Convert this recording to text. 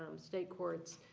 um state courts,